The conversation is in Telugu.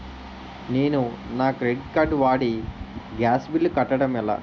నేను నా క్రెడిట్ కార్డ్ వాడి గ్యాస్ బిల్లు కట్టడం ఎలా?